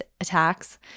attacks